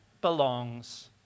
belongs